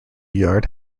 yard